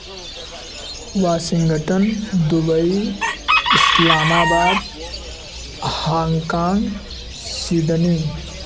Washington Dubai Islamabad Hong Kong Sydney